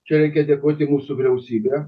čia reikia dėkoti mūsų vyriausybei